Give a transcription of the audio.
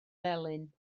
felyn